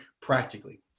practically